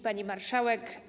Pani Marszałek!